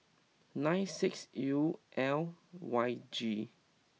nine six U L Y G